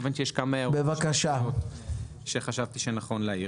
מכיוון שיש כמה הערות משמעותיות שחשבתי שנכון להעיר.